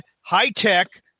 high-tech